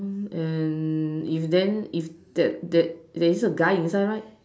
and if then if there there there is a guy inside right